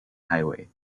highway